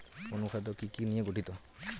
অনুখাদ্য কি কি নিয়ে গঠিত?